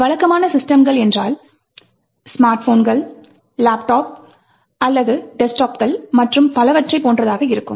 வழக்கமான சிஸ்டம்கள் ஸ்மார்ட் போன்கள் லேப்டாப்ஸ் அல்லது டெஸ்க்டாப்புகள் மற்றும் பவற்றை போன்றதாக இருக்கும்